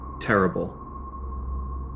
Terrible